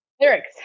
lyrics